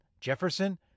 Jefferson